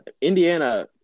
Indiana